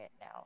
now